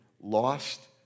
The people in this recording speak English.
lost